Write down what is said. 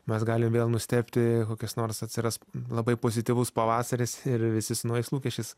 mes galim vėl nustebti kokios nors atsiras labai pozityvus pavasaris ir visi su naujais lūkesčiais